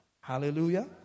Hallelujah